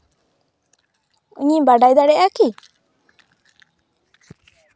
ᱤᱧ ᱵᱟᱰᱟᱭ ᱫᱟᱲᱮᱭᱟᱜᱼᱟ ᱠᱤ